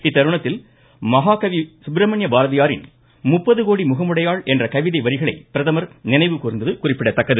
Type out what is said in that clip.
இத்தருணத்தில் மகாகவி சுப்பிரமணியபாரதியாரின் முப்பது கோடி முகமுடையாள் என்ற கவிதை வரிகளை பிரதமர் நினைவு கூர்ந்தது குறிப்பிடத்தக்கது